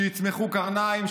שיצמחו קרניים,